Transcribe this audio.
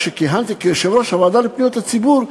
כשכיהנתי כיושב-ראש הוועדה לפניות הציבור,